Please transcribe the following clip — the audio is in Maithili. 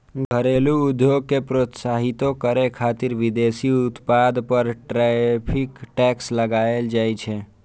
घरेलू उद्योग कें प्रोत्साहितो करै खातिर विदेशी उत्पाद पर टैरिफ टैक्स लगाएल जाइ छै